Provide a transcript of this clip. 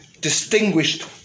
distinguished